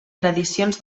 tradicions